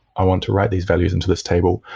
i want to write these values into this table,